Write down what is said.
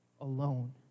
alone